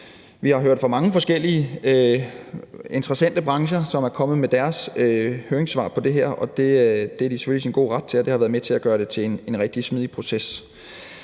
Vi har hørt fra mange forskellige interessante brancher, som er kommet med deres høringssvar i forhold til det her, og det er de selvfølgelig i deres gode ret til, og det har været med til at gøre det til en rigtig smidig proces.